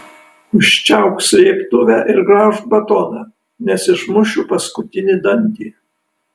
užčiaupk srėbtuvę ir graužk batoną nes išmušiu paskutinį dantį